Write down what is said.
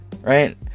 right